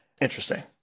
interesting